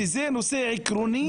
-- שזה נושא עקרוני.